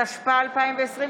התשפ"א 2020,